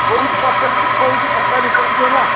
କୋଉଙ୍କୁ ପଚାରିକିରି କହୁଛି ପଚାରିକି କହୁଛି ହେଲା